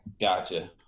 Gotcha